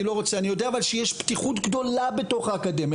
אני יודע אבל שיש פתיחות גדולה בתוך האקדמיה.